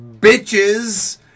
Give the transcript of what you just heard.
Bitches